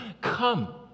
Come